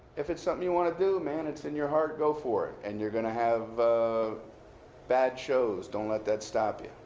if it's something you want to do, man, it's in your heart, go for it. and you're gonna have bad shows. don't let that stop you.